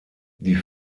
die